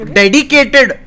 dedicated